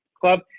club